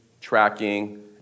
tracking